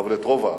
אבל את רוב העם.